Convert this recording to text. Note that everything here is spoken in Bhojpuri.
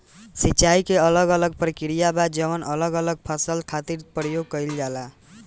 सिंचाई के अलग अलग प्रक्रिया बा जवन अलग अलग फसल खातिर प्रयोग कईल जाला